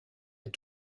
est